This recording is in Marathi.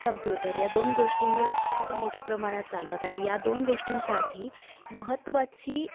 कंप्युटर या दोन गोष्टींवर अत्यंत मोठ्या प्रमाणात चालतात आणि या दोन गोष्टींसाठी महत्त्वाची